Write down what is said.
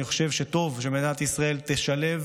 אני חושב שטוב שמדינת ישראל תשלב